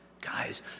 guys